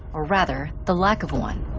or rather, the lack of one.